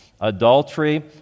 adultery